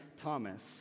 Thomas